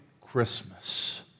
Christmas